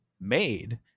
made